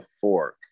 fork